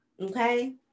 okay